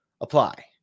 apply